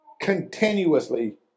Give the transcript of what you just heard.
Continuously